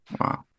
Wow